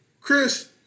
Chris